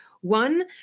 one